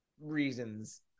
reasons